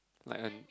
like a